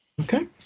Okay